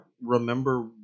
remember